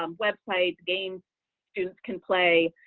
um websites, games students can play,